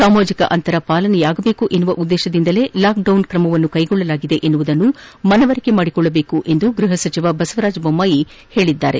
ಸಾಮಾಜಿಕ ಅಂತರ ಪಾಲನೆಯಾಗದೇಕು ಎನ್ನುವ ಉದ್ದೇತದಿಂದಲೇ ಲಾಕ್ಡೌನ್ ಕ್ರಮವನ್ನು ಕೈಗೊಳ್ಳಲಾಗಿದೆ ಎನ್ನುವುದನ್ನು ಮನವರಿಕೆ ಮಾಡಿಕೊಳ್ಳಬೇಕು ಎಂದು ಗೃಹ ಸಚಿವ ಬಸವರಾಜ ದೊಮ್ಮಾಯಿ ಹೇಳಿದ್ದಾರೆ